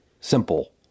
simple